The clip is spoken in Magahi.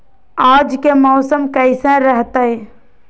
आज के मौसम कैसन रहताई?